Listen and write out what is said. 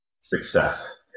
Success